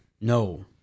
No